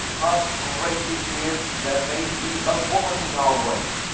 i greatly fear there may be a woman in our way.